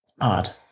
Odd